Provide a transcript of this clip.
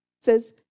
says